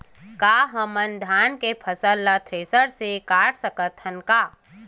का हमन धान के फसल ला थ्रेसर से काट सकथन का?